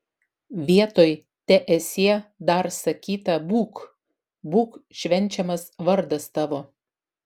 vietoj teesie dar sakyta būk būk švenčiamas vardas tavo